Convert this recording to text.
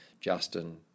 Justin